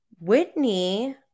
Whitney